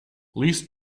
least